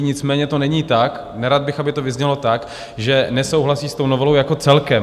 Nicméně to není tak nerad bych, aby to tak vyznělo že nesouhlasí s tou novelou jako celkem.